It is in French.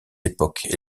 époques